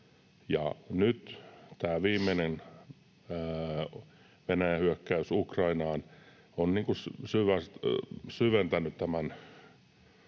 nyt tämä viimeinen Venäjän hyökkäys Ukrainaan on syventänyt tämän